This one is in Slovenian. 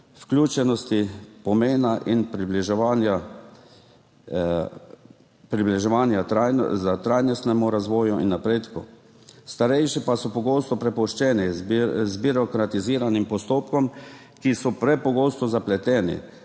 vključenosti, pomena in približevanja trajnostnemu razvoju in napredku. Starejši pa so pogosto prepuščeni zbirokratiziranim postopkom, ki so prepogosto zapleteni,